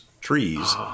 trees